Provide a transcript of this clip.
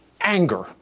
anger